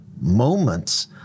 moments